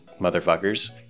motherfuckers